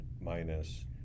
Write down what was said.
minus